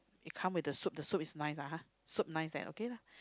we come with the soup the soup is nice lah soup nice that's okay lah